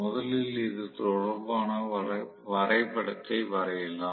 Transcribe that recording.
முதலில் இது தொடர்பான வரைபடத்தை வரையலாம்